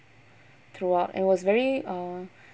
throughout and was very uh